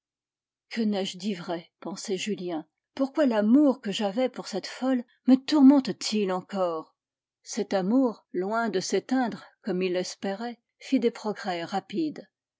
que n'ai-je dit vrai pensait julien pourquoi l'amour que j'avais pour cette folle me tourmente t il encore cet amour loin de s'éteindre comme il l'espérait fit des progrès rapides